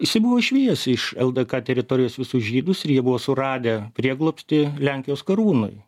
jisai buvo išvijęs iš ldk teritorijos visus žydus ir jie buvo suradę prieglobstį lenkijos karūnoj